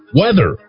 weather